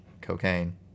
cocaine